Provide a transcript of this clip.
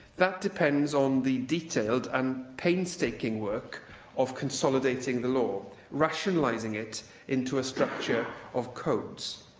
that depends on the detailed and painstaking work of consolidating the law rationalising it into a structure of codes.